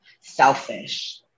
Selfish